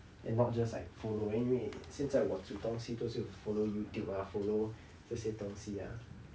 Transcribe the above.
and not just like follow 因为现在我煮东西就是 follow YouTube ah follow 这些东西 ah